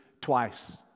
twice